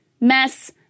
mess